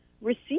receive